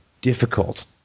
difficult